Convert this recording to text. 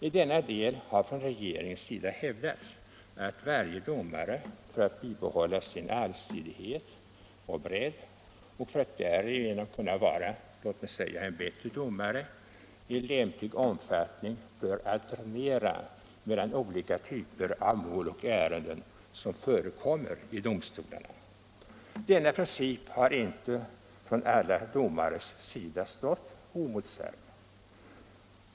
I denna del har från regeringens sida hävdats att varje domare för att bibehålla sin allsidighet och bredd — och för att därigenom bli, låt mig säga en bättre domare — i lämplig omfattning bör alternera mellan olika typer av mål och ärenden som förekommer i domstolarna. Denna princip har inte från alla domares sida stått oemotsagd.